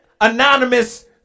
anonymous